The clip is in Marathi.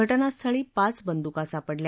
घटनास्थळी पाच बंदुका सापडल्या